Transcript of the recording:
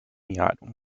yacht